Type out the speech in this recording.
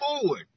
forward